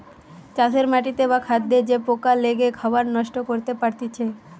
চাষের মাটিতে বা খাদ্যে যে পোকা লেগে খাবার নষ্ট করতে পারতিছে